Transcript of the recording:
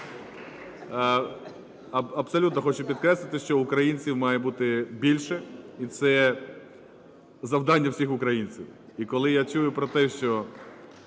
Абсолютно хочу підкреслити, що українців має бути більше, і це завдання всіх українців. І коли я чую про те, що